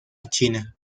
china